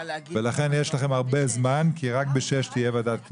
לכן יש לכם הרבה זמן כי רק ב-18:00 תהיה ועדת כנסת.